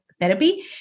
therapy